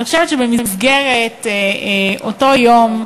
ואני חושבת שבמסגרת אותו יום,